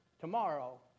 Tomorrow